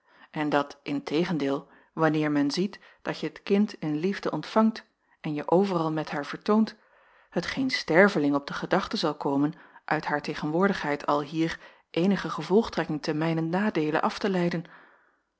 en dat in tegendeel wanneer men ziet datje het kind in liefde ontvangt en je overal met haar vertoont het geen sterveling op de gedachte zal komen uit haar tegenwoordigheid alhier eenige gevolgtrekking te mijnen nadeele af te leiden